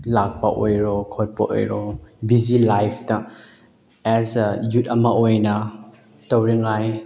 ꯂꯥꯛꯄ ꯑꯣꯏꯔꯣ ꯈꯣꯠꯄ ꯑꯣꯏꯔꯣ ꯕꯤꯖꯤ ꯂꯥꯏꯐꯇ ꯑꯦꯖ ꯑꯦ ꯌꯨꯠ ꯑꯃ ꯑꯣꯏꯅ ꯇꯧꯅꯤꯡꯉꯥꯏ